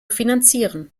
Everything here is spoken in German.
finanzieren